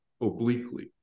obliquely